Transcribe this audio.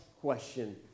question